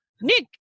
nick